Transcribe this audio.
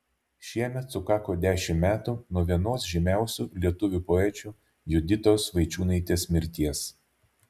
šiemet sukako dešimt metų nuo vienos žymiausių lietuvių poečių juditos vaičiūnaitės mirties